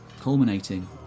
culminating